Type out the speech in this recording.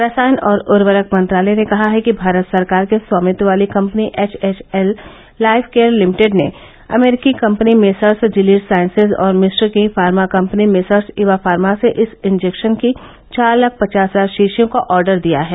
रसायन और उर्वरक मंत्रालय ने कहा है कि भारत सरकार के स्वामित्व वाली company HHL life care limited ने अमरीकी कम्पनी मेसर्स जीलीड साइंसेज और मिम्न की pharma company Messrs Eva pharma से इस इंजेक्शन की चार लाख पचास हजार शीशियों का ऑर्डर दिया है